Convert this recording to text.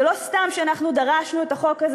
זה לא סתם שאנחנו דרשנו את החוק הזה